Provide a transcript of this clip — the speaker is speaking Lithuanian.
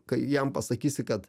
kai jam pasakysi kad